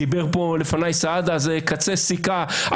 דיבר פה לפניי סעדה על קצה סיכה.